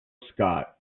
scott